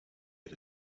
get